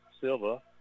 Silva